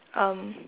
um